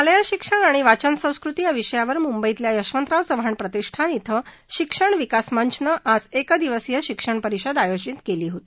शालेय शिक्षण आणि वाचनसंस्कृती या विषयावर मुंबईतल्या यशवंतराव चव्हाण प्रतिष्ठान क्रि शिक्षण विकास मंचानं आज एक दिवसीय शिक्षण परिषद आयोजीत केली होती